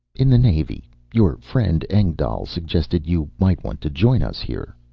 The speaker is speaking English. in the navy. your friend engdahl suggested you might want to join us here.